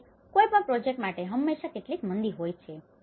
જો કે કોઈપણ પ્રોજેક્ટ માટે હંમેશાં કેટલીક મંદી હોય છે